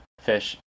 Fish